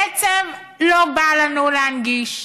בעצם לא בא לנו להנגיש.